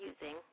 using